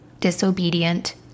disobedient